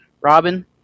Robin